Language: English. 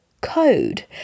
code